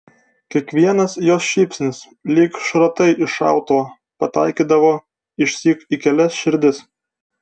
kiekvienas jos šypsnys lyg šratai iš šautuvo pataikydavo išsyk į kelias širdis